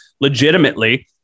legitimately